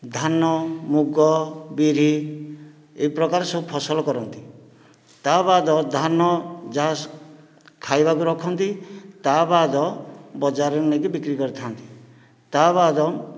ଧାନ ମୁଗ ବିରି ଏ ପ୍ରକାର ସବୁ ଫସଲ କରନ୍ତି ତା' ବାଦ ଧାନ ଯାହା ଖାଇବାକୁ ରଖନ୍ତି ତା' ବାଦ ବଜାରରେ ନେଇକି ବିକ୍ରି କରିଥାନ୍ତି ତା' ବାଦ